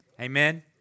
Amen